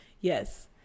Yes